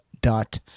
dot